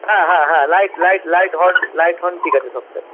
হ্যাঁ হ্যাঁ হ্যাঁ light light light horn light horn ঠিক আছে সব স্যার